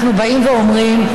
אנחנו באים ואומרים: